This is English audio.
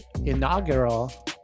inaugural